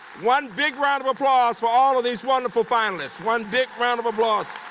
one big round of applause for all of these wonderful finalists. one big round of applause.